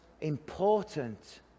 important